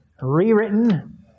rewritten